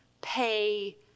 pay